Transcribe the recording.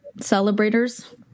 celebrators